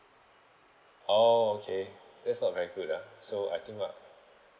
oh okay that's not very good ah so I think ah